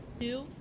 Two